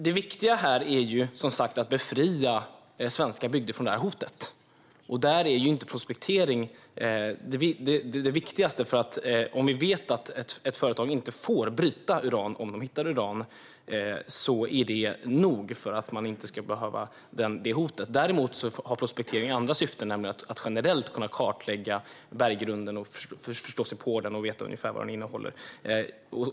Det viktiga är som sagt att befria svenska bygder från det här hotet, och där är inte prospektering det viktigaste. Om vi vet att ett företag inte får bryta uran om de hittar det är det nämligen nog för att vi ska slippa hotet. Däremot har prospektering andra syften, nämligen att generellt kartlägga berggrunden, förstå sig på den och veta ungefär vad den innehåller.